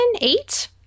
eight